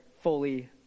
fully